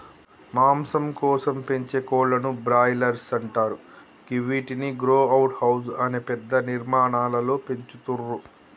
మాంసం కోసం పెంచే కోళ్లను బ్రాయిలర్స్ అంటరు గివ్విటిని గ్రో అవుట్ హౌస్ అనే పెద్ద నిర్మాణాలలో పెంచుతుర్రు